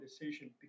decision